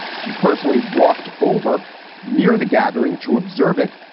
she personally walked over near the gathering to observe it,